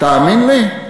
תאמין לי,